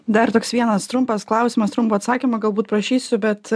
dar toks vienas trumpas klausimas trumpą atsakymą galbūt prašysiu bet